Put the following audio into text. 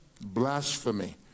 blasphemy